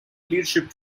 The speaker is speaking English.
leadership